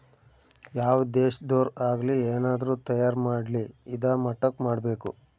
ಯಾವ್ ದೇಶದೊರ್ ಆಗಲಿ ಏನಾದ್ರೂ ತಯಾರ ಮಾಡ್ಲಿ ಇದಾ ಮಟ್ಟಕ್ ಮಾಡ್ಬೇಕು